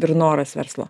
ir noras verslo